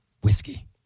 Whiskey